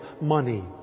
money